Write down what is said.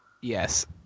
Yes